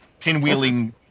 pinwheeling